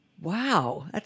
Wow